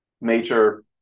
major